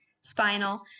spinal